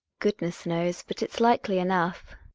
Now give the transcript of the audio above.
goodness knows, but it's likely enough.